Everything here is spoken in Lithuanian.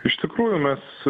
iš tikrųjų mes